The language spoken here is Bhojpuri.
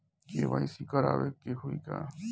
के.वाइ.सी करावे के होई का?